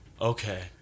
okay